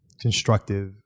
constructive